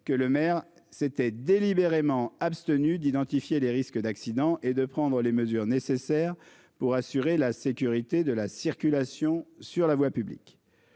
que maire c'était délibérément abstenu d'identifier les risques d'accident et de prendre les mesures nécessaires pour assurer la sécurité de la circulation sur la voie publique.